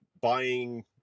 buying